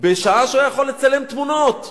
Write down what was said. בשעה שהוא היה יכול לצלם תמונות.